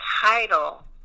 title